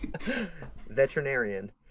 Veterinarian